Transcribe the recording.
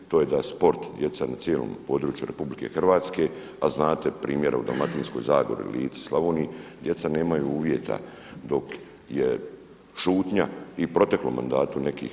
To je da sport, djeca na cijelom području Republike Hrvatske a znate primjera u Dalmatinskoj zagori, Lici, Slavoniji, djeca nemaju uvjeta dok je šutnja i u proteklom mandatu nekih.